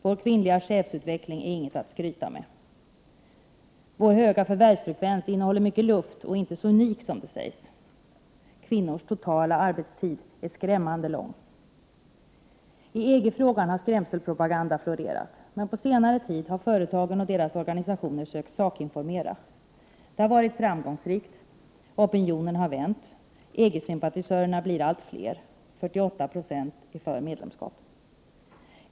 Vår kvinnliga chefsutveckling är inget att skryta med. Vår höga förvärvsfrekvens innehåller mycket luft och är inte så unik som det sägs. Kvinnors totala arbetstid är skrämmande lång. I EG-frågan har skrämselpropaganda florerat. Men under senare tid har företagarna och deras organisationer försökt att sakinformera. Det har varit ett framgångsrikt arbete. Opinionen har vänt. EG-sympatisörerna blir allt fler. 48 90 är för medlemskap.